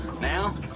Now